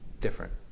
different